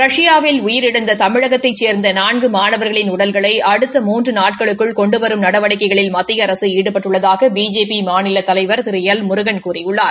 ரஷ்யாவில் உயிரிழந்த தமிழகத்தைச் சேர்ந்த நான்கு மாணவர்களின் உடல்களை அடுத்த மூன்று நாட்களுக்குள் கொண்டு வரும் நடவடிக்கைகளில் மத்திய அரசு ஈடுபட்டுள்ளதாக பிஜேபி மாநில தலைவர் திரு எல் முருகன் கூறியுள்ளார்